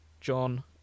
john